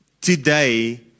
today